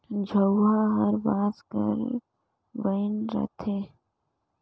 झउहा हर बांस कर बइन रहथे